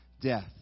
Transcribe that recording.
death